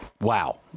Wow